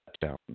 down